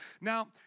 Now